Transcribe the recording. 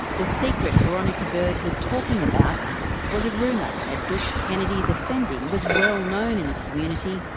the secret veronica bird was talking about was a rumour that dootch kennedy's offending was well known in the community,